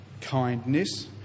kindness